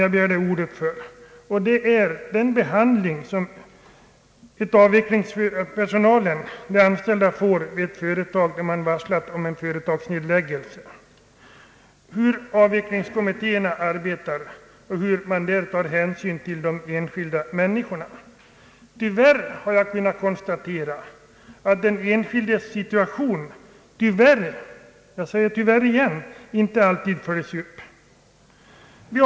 Jag begärde ordet, herr talman, också för att säga något om den behandling personalen ibland utsätts för vid företagsnedläggelser, hur avvecklingskommittéerna arbetar och i vad mån man tar hänsyn till de enskilda människorna. Jag har tyvärr kunnat konstatera — jag säger tyvärr — att den enskildes situation inte alltid beaktas.